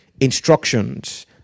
instructions